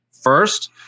first